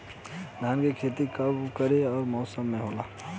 धान क खेती कब ओर कवना मौसम में होला?